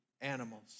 animals